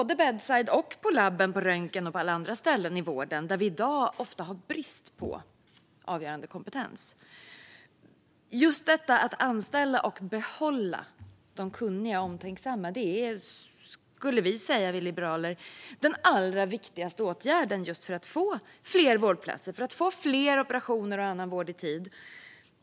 Det gäller bedside, labb, röntgenavdelning och alla andra ställen i vården där vi i dag ofta har brist på avgörande kompetens. Just att anställa och behålla de kunniga och omtänksamma är, skulle vi liberaler säga, den allra viktigaste åtgärden för att få fler vårdplatser och för att få fler operationer och annan vård i tid.